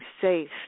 safe